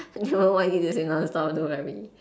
no I didn't swim non stop don't worry